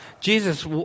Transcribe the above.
Jesus